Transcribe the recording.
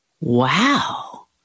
Wow